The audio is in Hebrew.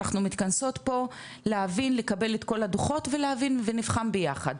אנחנו מתכנסות פה להבין לקבל את כל הדוחות ולהבין ונבחן ביחד.